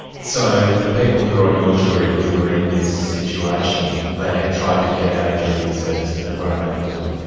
so the people who were on your jury, who were in this situation, they had tried to get out of jury service but were unable to?